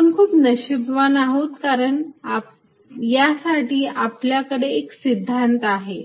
आपण खुप नशिबवान आहोत कारण यासाठी आपल्याकडे एक सिद्धांत आहे